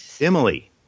Emily